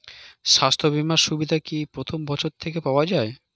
স্বাস্থ্য বীমার সুবিধা কি প্রথম বছর থেকে পাওয়া যায়?